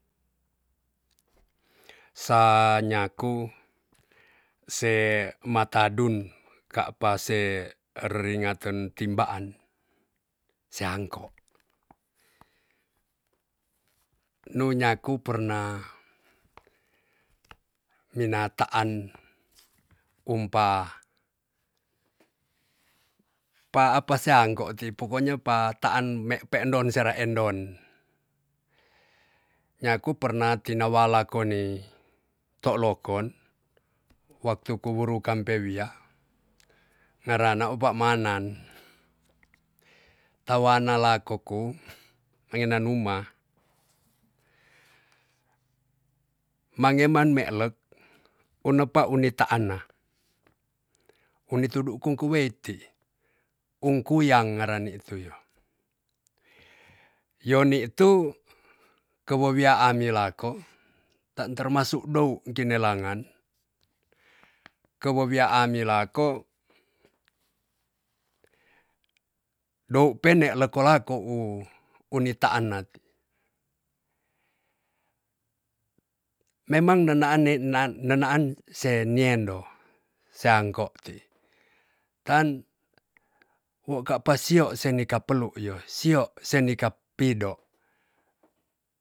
Sa nyaku se matadun ka'pa se reringaten timbaan seangko. nu nyaku pernah mina taan umpa pa pa apa seangko ti pokonya pa taan me pe endon sera endon. nyaku perna tila walak koni tou lokon, waktu kuwuru kampe wia narana epa manan tawana lako ku mengena numa. mangeman me elek unepa unita ana uni tudu kung kuweiti ungku yang narani tu yo. yo ni tu, kewewian ni lako tan termasuk dou kinelangan kewewian ni lako, doun pen ne kolako u- u nitaanat. memang nenaan- ne nan- nenaan se niendo se angko ti. tan wo ka' pa sio si nekela pelu yo sio si neka pido.